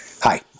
Hi